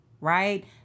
right